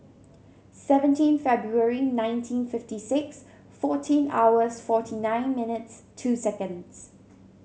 seventeen February nineteen fifty six fourteen hours forty nine minutes two seconds